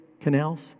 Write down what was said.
canals